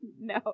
No